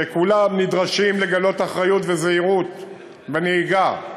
שכולם נדרשים לגלות אחריות וזהירות בנהיגה.